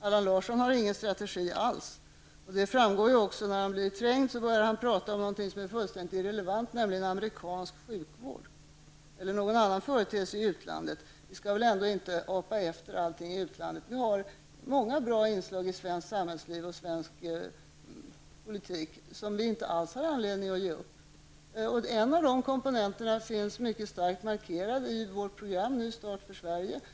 Allan Larsson har ingen strategi alls. Det framgår också av att han när han blir trängd börjar prata om någonting som är fullständigt irrelevant, nämligen amerikansk sjukvård eller någon annan företeelse i utlandet. Vi skall väl ändå inte apa efter allting i utlandet. Vi har många bra inslag i svenskt samhällsliv och svensk politik, som vi inte alls har anledning att ge upp. En av de komponenterna finns mycket starkt markerad i vårt program Ny start för Sverige.